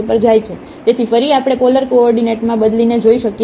તેથી ફરી આપણે પોલર કોઓર્ડિનેટમાં બદલીને જોઈ શકીએ છીએ